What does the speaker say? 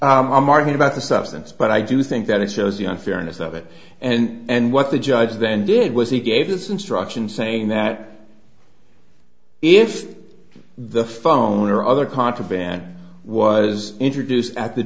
arguing about the substance but i do think that it shows the unfairness of it and what the judge then did was he gave this instruction saying that if the phone or other contraband was introduced at the